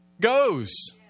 goes